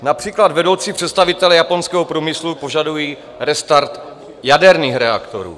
Například vedoucí představitelé japonského průmyslu požadují restart jaderných reaktorů.